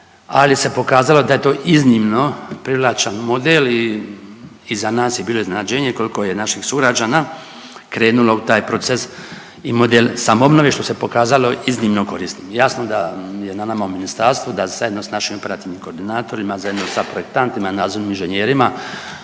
ali se pokazalo da je to iznimno privlačan model i za nas je bilo iznenađenje koliko je naših sugrađana krenulo u taj proces i model samo obnove što se pokazalo iznimno korisnim. Jasno da je na nama u ministarstvu da zajedno sa našim operativnim koordinatorima zajedno sa projektantima, nadzornim inženjerima